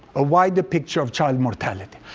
a wider picture of child mortality.